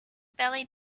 belly